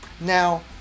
Now